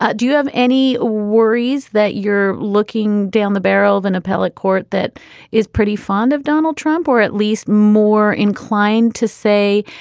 ah do you have any worries that your looking down the barrel of an appellate court that is pretty fond of donald trump or at least more inclined to say